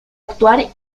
actuar